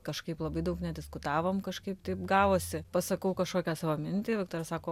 kažkaip labai daug nediskutavom kažkaip taip gavosi pasakau kažkokią savo mintį viktoras sako